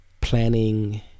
planning